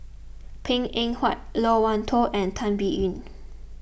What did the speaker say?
Png Eng Huat Loke Wan Tho and Tan Biyun